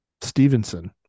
Stevenson